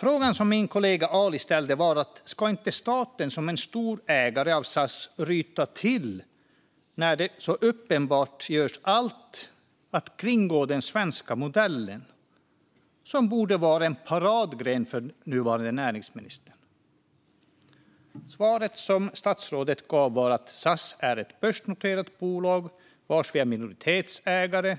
Frågan som min kollega Ali ställde var: Ska inte staten, som stor ägare av SAS, ryta till när det så uppenbart görs allt för att kringgå den svenska modellen, som borde vara en paradgren för nuvarande näringsminister? Svaret som statsrådet gav var att SAS är ett börsnoterat bolag där vi är minoritetsägare